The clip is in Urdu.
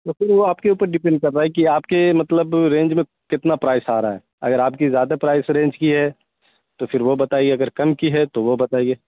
تو پھر وہ آپ کے اوپر ڈپینڈ کر رہا ہے کہ آپ کے مطلب رینج میں کتنا پرائز آ رہا ہے اگر آپ کی زیادہ پرائز رینج کی ہے تو پھر وہ بتائیے اگر کم کی ہے تو وہ بتائیے